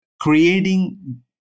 creating